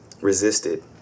resisted